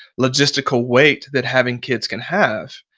logistical weight that having kids can have.